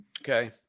Okay